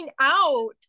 out